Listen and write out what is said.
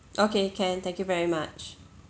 okay can thank you very much